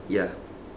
ya